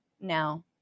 now